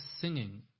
singing